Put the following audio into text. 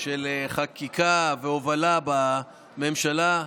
של חקיקה והובלה בממשלה,